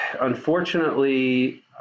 unfortunately